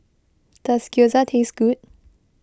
does Gyoza taste good